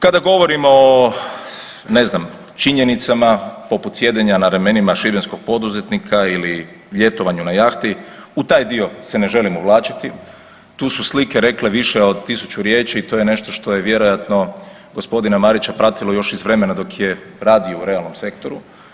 Kada govorimo o ne znam činjenicama poput sjedenja na ramenima šibenskog poduzetnika ili ljetovanju na jahti u taj dio se ne želim uvlačiti, tu su slike rekle više od 1000 riječi i to je nešto što je vjerojatno g. Marića pratilo još iz vremena dok je radio u realnom sektoru.